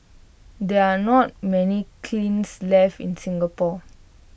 there are not many kilns left in Singapore